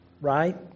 Right